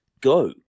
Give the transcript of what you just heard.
go